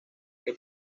que